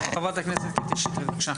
חברת הכנסת קטי שטרית, בבקשה.